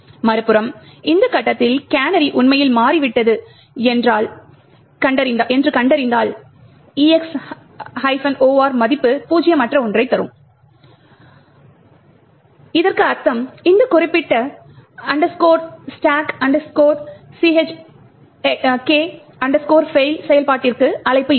மறுபுறம் இந்த கட்டத்தில் கேனரி உண்மையில் மாறிவிட்டது என்பதைக் கண்டறிந்தால் EX OR மதிப்பு பூஜ்ஜியமற்ற ஒன்றைத் தரும் என்று அர்த்தம் பின்னர் இந்த குறிப்பிட்ட stack chk fail செயல்பாட்டிற்கு அழைப்பு இருக்கும்